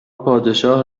پادشاه